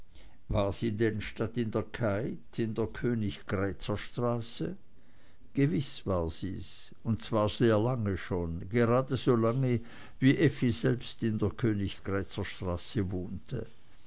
war sie denn statt in der keith in der königgrätzer straße gewiß war sie's und zwar sehr lange schon gerade so lange wie effi selbst in der königgrätzer straße wohnte